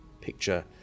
picture